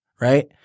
right